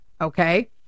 Okay